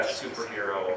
superhero